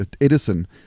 Edison